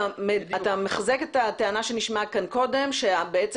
אתה מחזק את הטענה שנשמעה כאן קודם שבעצם